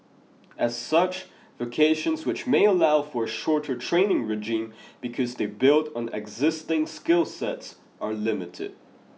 as such vocations which may allow for a shorter training regime because they build on existing skill sets are limited